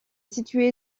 situé